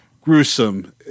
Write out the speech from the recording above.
gruesome